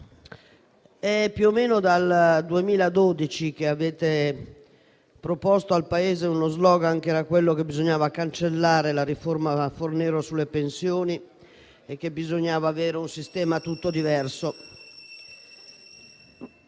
È più o meno dal 2012 che proponete al Paese lo *slogan* che bisogna cancellare la riforma Fornero sulle pensioni e che bisogna avere un sistema tutto diverso.